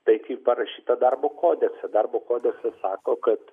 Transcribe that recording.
tai kaip parašyta darbo kodekse darbo kodeksas sako kad